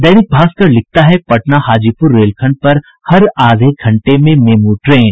दैनिक भास्कर लिखता है पटना हाजीपुर रेलखंड पर हर आधे घंटे में मेमू ट्रेन